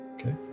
okay